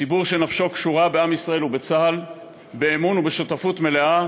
ציבור שנפשו קשורה בעם ישראל ובצה"ל באמון ובשותפות מלאה,